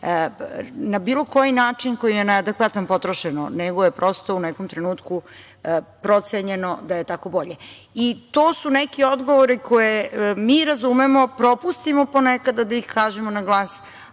na bilo koji način koji je neadekvatan potrošeno, nego je prosto u nekom trenutku procenjeno da je tako bolje. To su neki odgovori koje mi razumemo, propustimo ponekad da ih kažemo na glas,